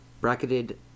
bracketed